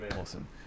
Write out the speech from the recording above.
awesome